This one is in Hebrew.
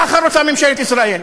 ככה רוצה ממשלת ישראל.